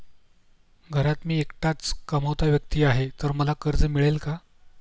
घरात मी एकटाच कमावता व्यक्ती आहे तर मला कर्ज मिळेल का?